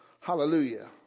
Hallelujah